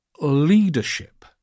leadership